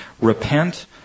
repent